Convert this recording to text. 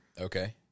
Okay